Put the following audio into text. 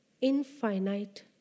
infinite